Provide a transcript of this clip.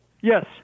Yes